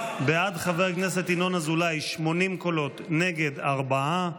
בעד חבר הכנסת ינון אזולאי, 80 קולות, נגד, ארבעה.